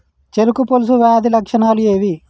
చెరుకు పొలుసు వ్యాధి లక్షణాలు ఏవి?